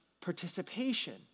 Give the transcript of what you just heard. participation